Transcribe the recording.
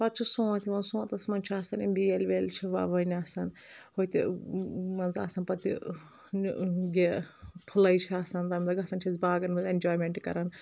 پتہٕ چھُ سونٛت یِوان سونٛتس منٛز چھِ آسان یِم بیل ویل چھِ ووٕنۍ آسان ہوتہِ مان ژٕ آسان پتہٕ یہِ یہِ پھٔلاے چھِ آسان تمہِ دۄہ چھِ گژھان أسۍ باغن منٛز اٮ۪نجایمنٹ کران